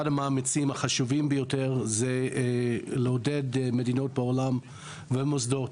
אחד המאמצים החשובים ביותר זה לעודד מדינות בעולם ומוסדות